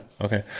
Okay